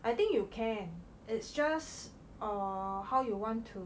I think you can it's just err how you want to